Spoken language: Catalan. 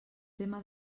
tema